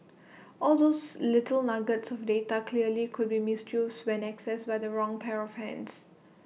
all those little nuggets of data clearly could be misused when accessed by the wrong pair of hands